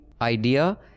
idea